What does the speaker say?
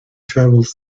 travels